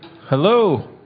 Hello